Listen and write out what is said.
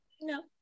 No